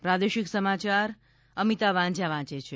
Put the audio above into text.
પ્રાદેશિક સમાચાર અમિતા વાંઝા વાંચે છે